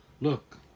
Look